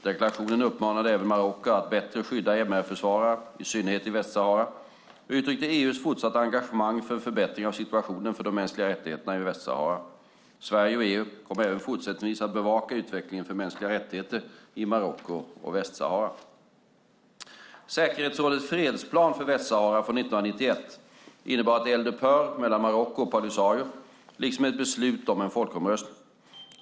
Deklarationen uppmanade även Marocko att bättre skydda MR-försvarare, i synnerhet i Västsahara, och uttryckte EU:s fortsatta engagemang för en förbättring av situationen för de mänskliga rättigheterna i Västsahara. Sverige och EU kommer även fortsättningsvis att bevaka utvecklingen för mänskliga rättigheter i Marocko och Västsahara. Säkerhetsrådets fredsplan för Västsahara från 1991 innebar ett eldupphör mellan Marocko och Polisario liksom ett beslut om en folkomröstning.